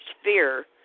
sphere